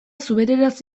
zubereraz